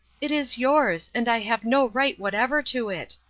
it is yours, and i have no right whatever to it.